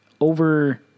over